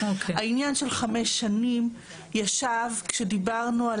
העניין של חמש שנים ישב כשדיברנו על